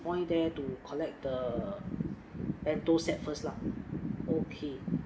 point there to collect the bento set first lah okay